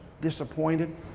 disappointed